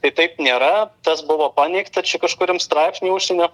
tai taip nėra tas buvo paneigta čia kažkuriam straipsny užsienio